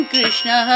Krishna